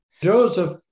Joseph